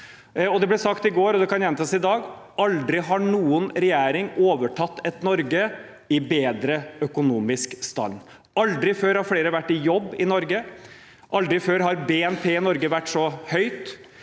Det ble sagt i går, og det kan gjentas i dag: Aldri har noen regjering overtatt et Norge i bedre økonomisk stand. Aldri før har flere vært i jobb i Norge, og aldri før har BNP i Norge vært så høyt.